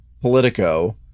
politico